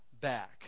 back